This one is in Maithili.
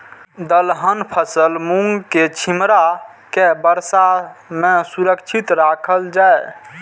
दलहन फसल मूँग के छिमरा के वर्षा में सुरक्षित राखल जाय?